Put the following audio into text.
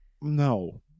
no